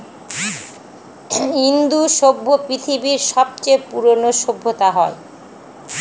ইন্দু সভ্য পৃথিবীর সবচেয়ে পুরোনো সভ্যতা হয়